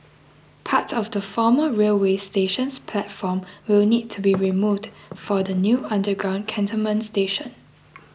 parts of the former railway station's platform will need to be removed for the new underground cantonment station